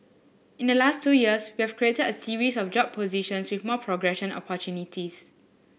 in the last two years we've created a series of job positions with more progression opportunities